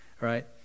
right